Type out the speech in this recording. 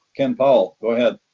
ken powell, go ahead?